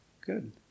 Good